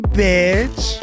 bitch